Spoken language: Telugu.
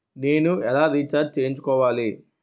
నేను ఎలా రీఛార్జ్ చేయించుకోవాలి?